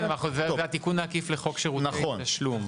כן, אבל זה התיקון העקיף לחוק שירותי תשלום.